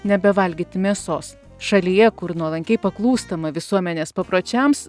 nebevalgyti mėsos šalyje kur nuolankiai paklūstama visuomenės papročiams